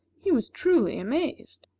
he was truly amazed.